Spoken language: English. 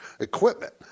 equipment